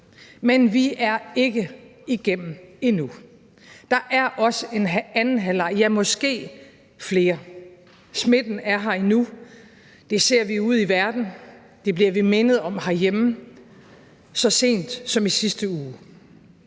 Men vi er ikke igennem endnu. Der er også en anden halvleg, ja, måske flere. Smitten er her endnu. Det ser vi ude i verden, og det blev vi mindet om herhjemme så sent som i sidste uge.